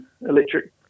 electric